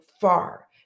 far